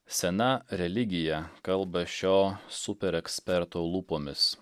sena religija kalba šio super eksperto lūpomis